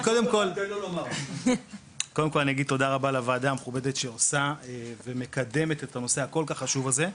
אני מודה גם לוועדה המכובדת שעושה ומקדמת את הנושא החשוב מאוד הזה,